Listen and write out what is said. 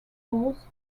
holes